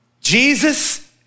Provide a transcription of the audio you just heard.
Jesus